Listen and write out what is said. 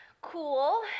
cool